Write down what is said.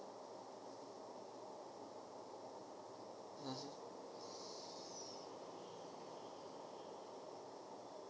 mmhmm